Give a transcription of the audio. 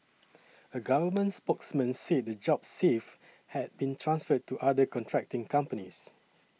a government spokesman said the jobs saved had been transferred to other contracting companies